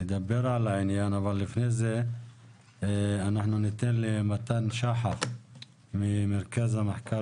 אבל לפני זה ניתן למתן שחק ממרכז המחקר